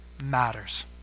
matters